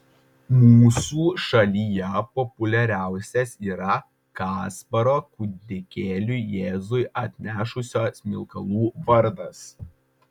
mūsų šalyje populiariausias yra kasparo kūdikėliui jėzui atnešusio smilkalų vardas